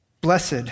Blessed